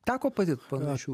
teko patirt panašių